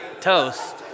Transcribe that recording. toast